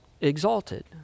exalted